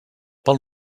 pel